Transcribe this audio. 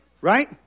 right